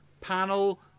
panel